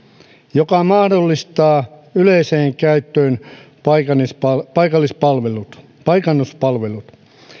joka mahdollistaa yleiseen käyttöön paikannuspalvelut paikannuspalvelut